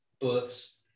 books